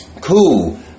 cool